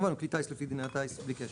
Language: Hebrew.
כמובן הוא כלי טייס לפי דיני הטייס בלי קשר.